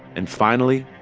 and finally,